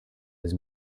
his